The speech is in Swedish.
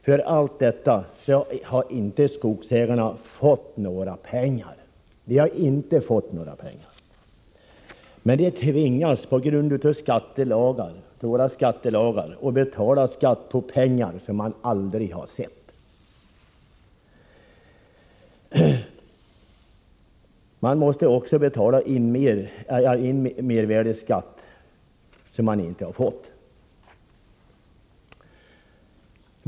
För allt detta har skogsägarna inte fått några pengar — men de tvingas på grund av våra skattelagar att betala skatt på pengar som de aldrig har sett! De måste också betala in mervärdeskatt som de inte fått in.